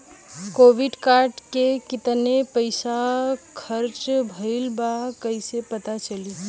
Credit card के कितना पइसा खर्चा भईल बा कैसे पता चली?